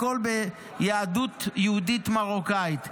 הכול ביהודית מרוקאית.